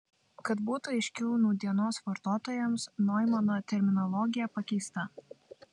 kad būtų aiškiau nūdienos vartotojams noimano terminologija pakeista